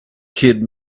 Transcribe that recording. kid